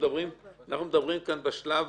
אנחנו מדברים כאן בשלב